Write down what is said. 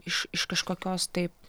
iš iš kažkokios tai